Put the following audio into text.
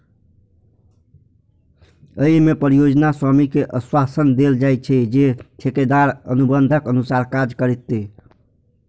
अय मे परियोजना स्वामी कें आश्वासन देल जाइ छै, जे ठेकेदार अनुबंधक अनुसार काज करतै